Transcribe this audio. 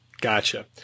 Gotcha